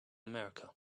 america